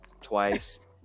twice